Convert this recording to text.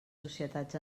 societats